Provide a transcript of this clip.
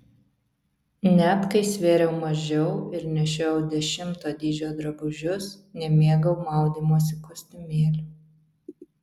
net kai svėriau mažiau ir nešiojau dešimto dydžio drabužius nemėgau maudymosi kostiumėlių